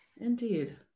Indeed